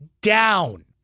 down